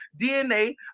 DNA